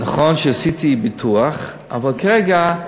נכון שעשית ביטוח, אבל כרגע,